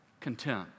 content